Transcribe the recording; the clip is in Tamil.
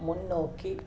முன்னோக்கி